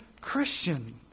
Christian